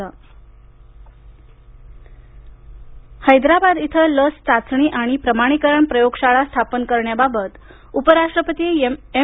हैदराबाद लस चाचणी हैदराबाद इथं लस चाचणी आणि प्रमाणीकरण प्रयोगशाळा स्थापन करण्याबाबत उपराष्ट्रपती एम